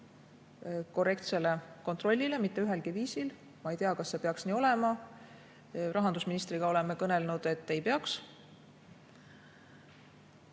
korrektsele kontrollile mitte ühelgi viisil. Ma ei tea, kas see peaks nii olema. Rahandusministriga oleme kõnelenud, et ei peaks.